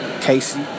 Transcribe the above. Casey